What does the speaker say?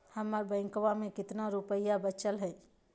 हमर बैंकवा में कितना रूपयवा बचल हई?